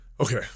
Okay